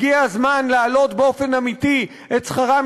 הגיע הזמן להעלות באופן אמיתי את שכרם